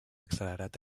accelerat